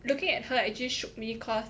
looking at her actually shook me cause